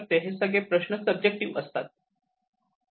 हे सगळेच प्रश्न सब्जेक्टिव असतात